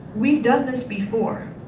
we've done this before.